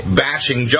bashing